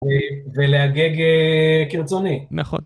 ולהגג כרצוני. נכון.